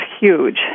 huge